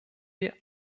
wir